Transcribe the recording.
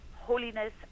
holiness